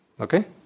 Okay